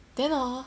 then hor